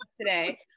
today